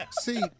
See